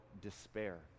despair